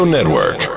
Network